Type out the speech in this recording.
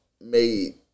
made